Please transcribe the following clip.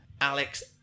Alex